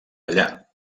allà